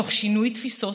תוך שינוי תפיסות